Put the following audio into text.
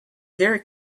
very